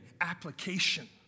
application